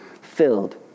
Filled